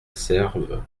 serve